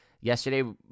yesterday